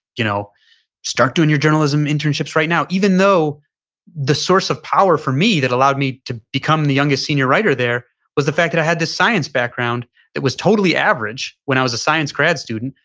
you know start doing your journalism internships right now. even though the source of power for me that allowed me to become the youngest senior writer there was the fact that i had this science background that was totally average when i was a science grad student,